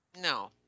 No